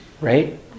right